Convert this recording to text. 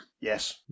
Yes